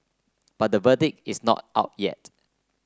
but the verdict is not out yet